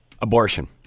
Abortion